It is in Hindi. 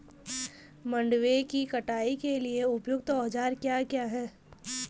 मंडवे की कटाई के लिए उपयुक्त औज़ार क्या क्या हैं?